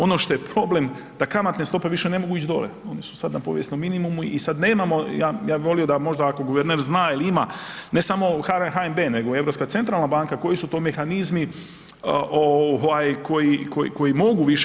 Ono što je problem da kamatne stope ne mogu više ići dolje, one su sada na povijesnom minimumu i sada nemamo, ja bih volio da možda ako guverner zna jel ima ne samo u HNB nego i Europska centralna banka koji su to mehanizmi koji mogu više.